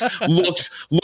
looks